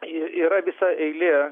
yra visa eilė